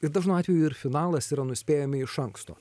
ir dažnu atveju ir finalas yra nuspėjami iš anksto